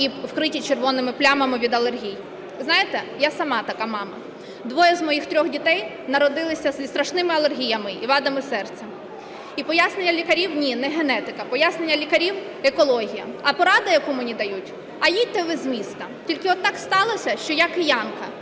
і вкриті червоними плямами від алергії. Знаєте, я сама така мама. Двоє з моїх трьох дітей народилися зі страшними алергіями і вадами серця. І пояснення лікарів – ні, не генетика, пояснення лікарів – екологія. А порада, яку мені дають: "А їдьте ви з міста". Тільки так сталося, що я киянка.